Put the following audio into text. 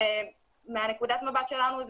מנקודת המבט שלנו,